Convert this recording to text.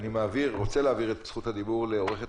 אני רוצה להעביר את זכות הדיבור לעורכת